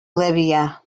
libya